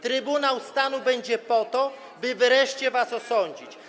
Trybunał Stanu będzie po to, by wreszcie was osądzić.